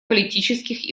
политических